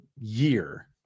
year